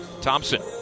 Thompson